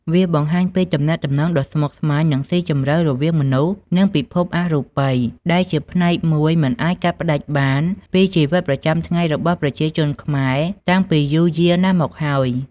វាបង្ហាញពីទំនាក់ទំនងដ៏ស្មុគស្មាញ និងស៊ីជម្រៅរវាងមនុស្ស និងពិភពអរូបិយ ដែលជាផ្នែកមួយមិនអាចកាត់ផ្ដាច់បានពីជីវិតប្រចាំថ្ងៃរបស់ប្រជាជនខ្មែរតាំងពីយូរយារណាស់មកហើយ។